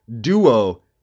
duo